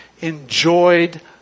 enjoyed